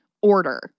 order